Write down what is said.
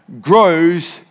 grows